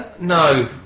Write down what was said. No